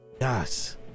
Yes